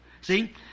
See